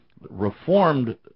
Reformed